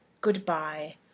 good-bye